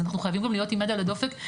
אז אנחנו חייבים להיות עם יד על הדופק,